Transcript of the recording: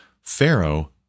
Pharaoh